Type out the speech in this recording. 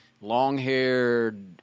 long-haired